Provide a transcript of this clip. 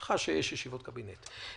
בהנחה שיש ישיבות קבינט.